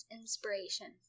inspiration